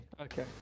okay